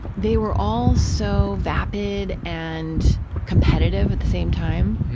they were all so vapid and competitive at the same time.